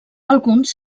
alguns